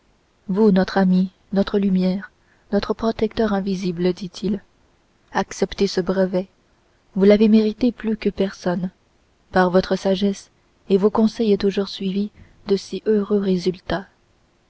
vous notre ami notre lumière notre protecteur invisible ditil acceptez ce brevet vous l'avez mérité plus que personne par votre sagesse et vos conseils toujours suivis de si heureux résultats